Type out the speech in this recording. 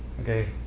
okay